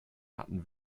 hatten